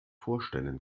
vorstellen